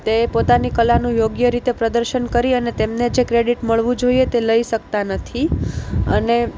તે પોતાની કલાનું યોગ્ય રીતે પ્રદર્શન કરી અને તેમને જે ક્રેડિટ મળવું જોઈએ તે લઈ શકતા નથી અને